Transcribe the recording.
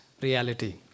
reality